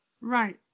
Right